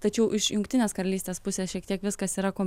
tačiau iš jungtinės karalystės pusės šiek tiek viskas yra ko